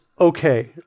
Okay